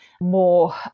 more